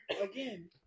again